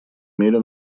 мере